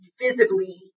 visibly